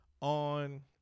on